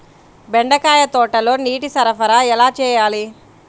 బెండకాయ తోటలో నీటి సరఫరా ఎలా చేయాలి?